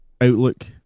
Outlook